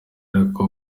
ariko